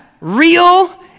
real